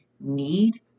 need